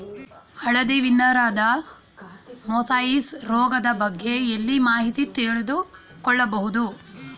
ಹಳದಿ ವೀನ್ ನರದ ಮೊಸಾಯಿಸ್ ರೋಗದ ಬಗ್ಗೆ ಎಲ್ಲಿ ಮಾಹಿತಿ ತಿಳಿದು ಕೊಳ್ಳಬಹುದು?